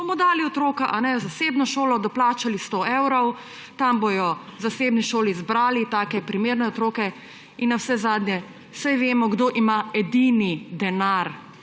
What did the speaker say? Bomo dali otroka v zasebno šolo, doplačali 100 evrov, tam bodo, v zasebni šoli, izbrali primerne otroke.« In navsezadnje, saj vemo, kdo ima edini denar,